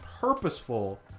purposeful